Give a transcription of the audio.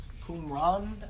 Qumran